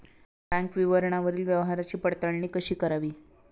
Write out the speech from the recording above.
Bank विवरणावरील व्यवहाराची पडताळणी कशी करावी?